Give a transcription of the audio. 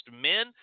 men